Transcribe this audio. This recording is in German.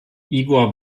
igor